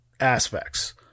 Aspects